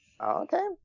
Okay